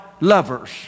lovers